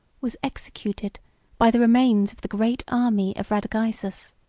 was executed by the remains of the great army of radagaisus.